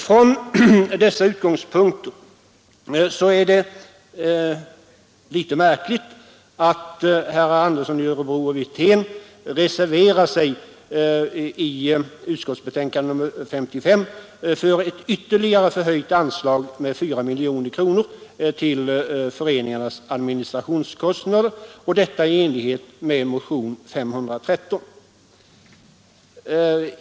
Från dessa utgångspunkter är det litet märkligt att herrar Andersson i Örebro och Wirtén reserverar sig i utskottets betänkande nr 55 för ett med ytterligare 4 miljoner höjt anslag till föreningarnas administrationskostnader, detta i enlighet med motion nr 513.